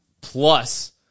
plus